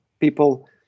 people